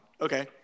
Okay